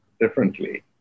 differently